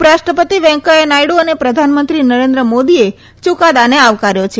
ઉપરાષ્ટ્રપતિ વૈંકેયા નાયડુ અને પ્રધાનમંત્રી નરેન્દ્ર મોદીએ યૂકાદાને આવકાર્યો છે